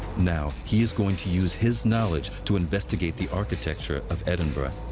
now he is going to use his knowledge to investigate the architecture of edinburgh.